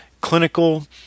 clinical